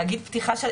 להגיד פתיחה של הליך,